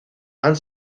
han